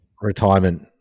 Retirement